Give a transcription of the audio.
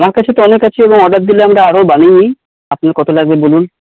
আমার কাছে তো অনেক আছে এবং অর্ডার দিলে আমরা আরও বানিয়ে দিই আপনার কত লাগবে বলুন